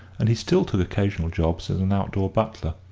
and he still took occasional jobs as an outdoor butler,